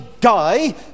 die